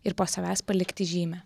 ir po savęs palikti žymę